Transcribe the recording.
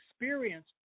experience